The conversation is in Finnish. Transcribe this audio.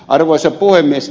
arvoisa puhemies